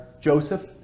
Joseph